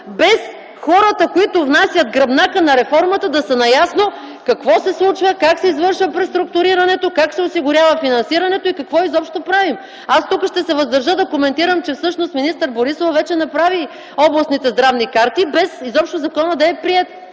без хората, които внасят гръбнака на реформата да са наясно какво се случва, как се извършва преструктурирането, как се осигурява финансирането и какво изобщо правим! Аз тук ще се въздържа да коментирам, че всъщност министър Борисова вече направи областните здравни карти без изобщо законът да е приет